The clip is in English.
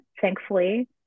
thankfully